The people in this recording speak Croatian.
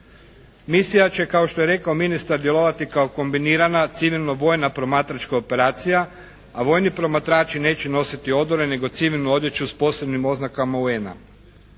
Misija će kao što je rekao ministar djelovati kao kombinirana civilno vojna promatračka operacija, a vojni promatrači neće nositi odore nego civilnu odjeću s posebnim oznakama UN-a.